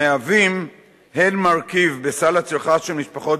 המהווים הן מרכיב בסל הצריכה של משפחות